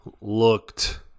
looked –